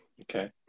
Okay